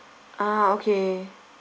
ah okay